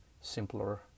simpler